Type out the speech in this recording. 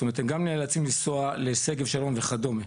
זאת אומרת הם גם נאלצים לנסוע לשגב שרון וכדומה,